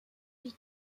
puis